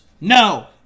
No